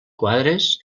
quadres